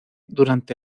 durante